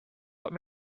what